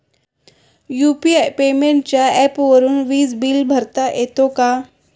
UPI पेमेंटच्या ऍपवरुन वीज बिल भरता येते का?